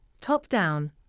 top-down